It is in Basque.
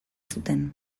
zuten